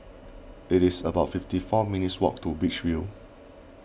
it is about fifty four minutes' walk to Beach View